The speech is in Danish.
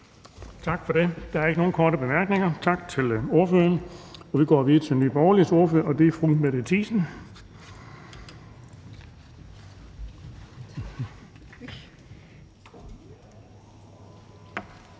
Tak for det. Der er ikke nogen korte bemærkninger. Tak til ordføreren, og vi går videre til Nye Borgerliges ordfører, og det er fru Mette Thiesen.